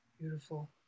beautiful